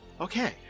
Okay